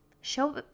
Show